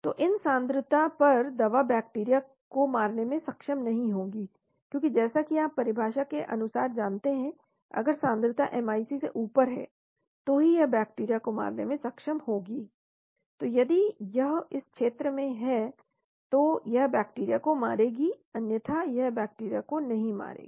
तो इन सांद्रता पर दवा बैक्टीरिया को मारने में सक्षम नहीं होगी क्योंकि जैसा कि आप परिभाषा के अनुसार जानते हैं अगर सांद्रता एमआईसी से ऊपर है तो ही यह बैक्टीरिया को मारने में सक्षम होगी तो यदि यह इस क्षेत्र में है तो यह बैक्टीरिया को मारेगी अन्यथा यह बैक्टीरिया को नहीं मारेगी